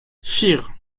vier